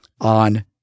on